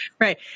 right